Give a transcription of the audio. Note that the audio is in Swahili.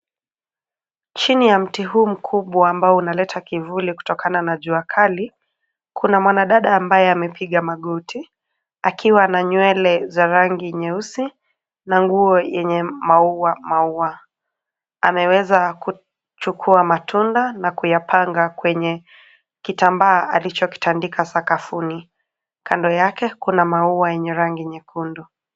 Chini ya mti huu mkubwa ambao unaleta kivuli kutokana na jua kali, kuna mwanadada ambaye amepiga magoti, akiwa na nywele za rangi nyeusi na nguo yenye maua maua. Ameweza kuchukua matunda na kuyapanga kwenye kitambaa alichokitandika sakafuni. Kando yake kuna maua yenye rangi nyekundu.